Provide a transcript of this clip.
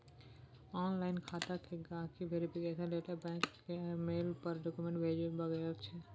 online खाता केर गांहिकी वेरिफिकेशन लेल बैंक केर मेल पर डाक्यूमेंट्स भेजबाक बेगरता छै